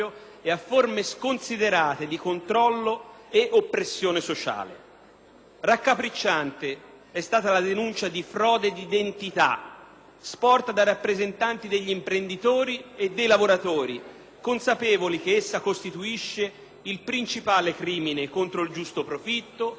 Raccapricciante è stata la denuncia di frode di identità sporta dai rappresentanti degli imprenditori e dei lavoratori, consapevoli che essa costituisce il principale crimine contro il giusto profitto, contro la concorrenza e soprattutto contro i sacrosanti diritti dei lavoratori.